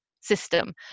system